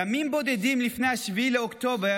ימים בודדים לפני 7 באוקטובר